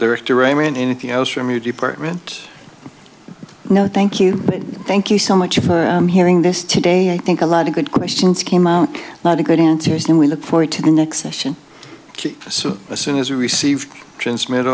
there is to remain anything else from your department no thank you thank you so much for i'm hearing this today i think a lot of good questions came out not a good interesting we look forward to the next question keep so as soon as we receive transmit